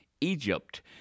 Egypt